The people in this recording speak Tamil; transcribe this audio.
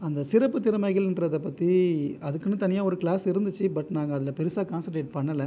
அந்த சிறப்பு திறமைகள் என்றதைப் பற்றி அதுக்குனு தனியாக ஒரு கிளாஸ் இருந்துச்சு பட் நாங்கள் அதில் பெருசாக கான்செண்ட்ரேட் பண்ணல